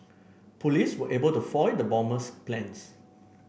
police were able to foil the bomber's plans